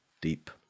deep